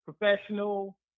professional